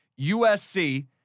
USC